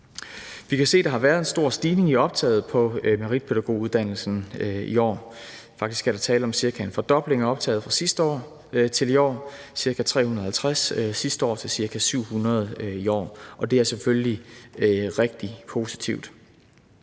Vi kan se, at der har været en stor stigning i optaget på meritpædagoguddannelsen i år. Faktisk er der tale om cirka en fordobling af optaget fra sidste år til i år, ca. 350 sidste år til ca. 700 i år, og det er selvfølgelig rigtig positivt.